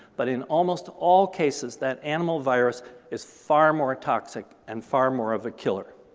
but in almost all cases, that animal virus is far more toxic and far more of a killer.